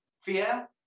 Fear